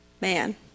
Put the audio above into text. man